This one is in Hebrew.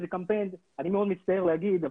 אני מאוד מצטער להגיד,